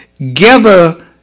Gather